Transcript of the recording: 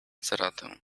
ceratę